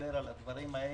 ונדבר על הדברים האלה.